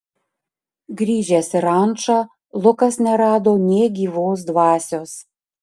grįžęs į rančą lukas nerado nė gyvos dvasios